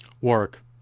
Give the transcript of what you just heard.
work